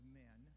men